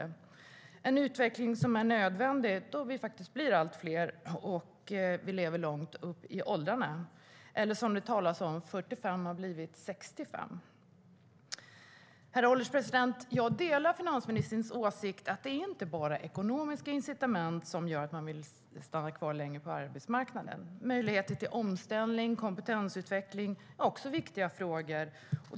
Det är en utveckling som är nödvändig då vi blir allt fler som lever ett liv långt upp i åldrarna, eller som det sägs: 45 år har blivit 65 år. Herr ålderspresident! Jag delar finansministerns åsikt att det inte bara är ekonomiska incitament som gör att man vill stanna kvar längre på arbetsmarknaden. Möjligheter till omställning och kompetensutveckling är också viktiga frågor.